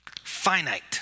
Finite